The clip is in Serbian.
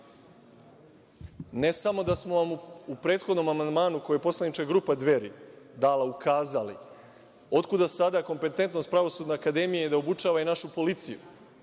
ne samo da smo vam u prethodnom amandmanu, koji je poslanička grupa Dveri dala, ukazali otkuda sada kompetentnost Pravosudne akademije da obučava i našu policiju,